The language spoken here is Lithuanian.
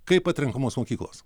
kaip atrenkamos mokyklos